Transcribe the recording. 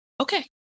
Okay